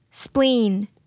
Spleen